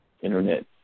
Internet